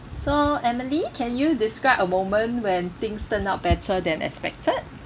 so emily can you describe a moment when things turned out better than expected